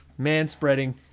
Manspreading